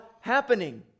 happening